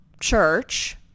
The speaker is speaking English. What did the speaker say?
church